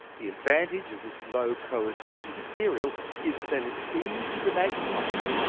the advantage of this low coercivity material is that it's easy to magnetise.